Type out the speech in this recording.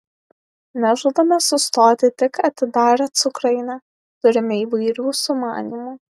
nežadame sustoti tik atidarę cukrainę turime įvairių sumanymų